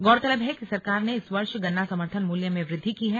गौरतलब है कि सरकार ने इस वर्ष गन्ना समर्थन मूल्य में वृद्धि की है